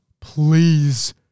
please